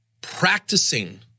Practicing